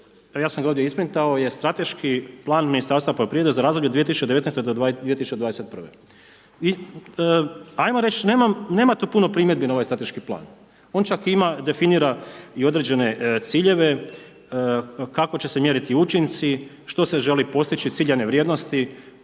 ja sam ga ovdje isprintao, jer strateški plan Ministarstva poljoprivrede za razdoblje 2019.-2021. i ajmo reći, nema tu puno primjedbi na ovaj strateški plan, on čak ima definira i određene ciljeve kako će se mjeriti učinci, što se želi postići, ciljane vrijednosti,